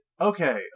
Okay